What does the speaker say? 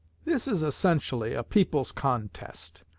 this is essentially a people's contest.